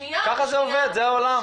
ככה זה עובד, זה העולם.